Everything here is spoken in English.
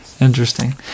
Interesting